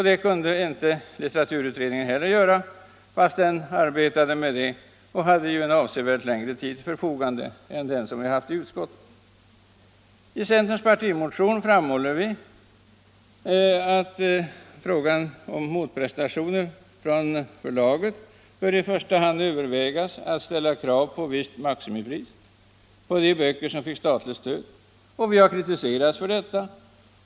Det kunde inte litteraturutredningen heller göra, fast den arbetade med detta och hade en avsevärt längre tid till förfogande än den vi hade i utskottet. I centerns partimotion framhåller vi att det som motprestation från förlagen i första hand bör övervägas att ställa krav på visst maximipris för de böcker som skulle få statligt stöd. Vi har kritiserats för detta.